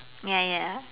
ya ya